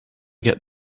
get